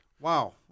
Wow